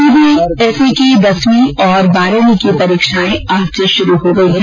CBSE की दसवीं और बारहवी की परीक्षाएं आज से शुरू हो गई हैं